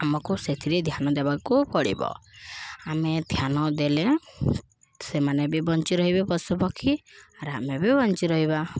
ଆମକୁ ସେଥିରେ ଧ୍ୟାନ ଦେବାକୁ ପଡ଼ିବ ଆମେ ଧ୍ୟାନ ଦେଲେ ସେମାନେ ବି ବଞ୍ଚି ରହିବେ ପଶୁପକ୍ଷୀ ଆର୍ ଆମେ ବି ବଞ୍ଚି ରହିବା